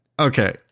Okay